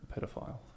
Pedophile